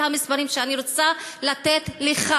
על המספרים שאני רוצה לתת לך: